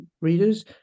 readers